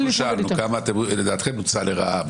גם אנחנו שאלנו, כמה לדעתכם נוצל לרעה.